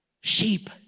sheep